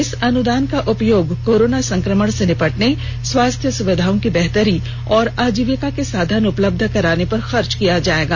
इस अनुदान का उपयोग कोरोना संक्रमण से निपटने स्वास्थ्य सुविधाओं की बेहतरी और आजीविका के साधन उपलब्ध कराने पर खर्च किया जाएगा